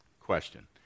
question